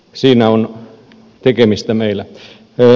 siinä on tekemistä meillä